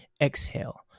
Exhale